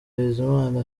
bizimana